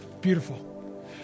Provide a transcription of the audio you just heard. beautiful